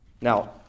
Now